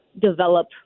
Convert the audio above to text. develop